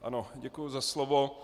Ano, děkuji za slovo.